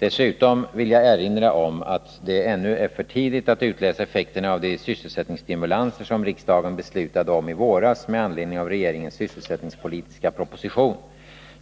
Dessutom vill jag erinra om att det ännu är för tidigt att utläsa effekterna av de sysselsättningsstimulanser som riksdagen beslutade om i våras med anledning av regeringens sysselsättningspolitiska proposition.